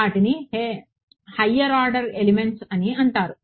వాటిని higher order elements అంటారు